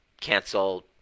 cancel